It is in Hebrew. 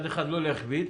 - לא להכביד.